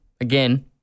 again